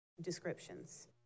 descriptions